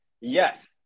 yes